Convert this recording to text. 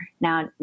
Now